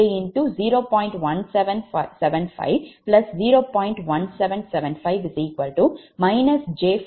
165 pu